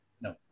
No